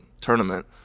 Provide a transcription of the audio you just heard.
tournament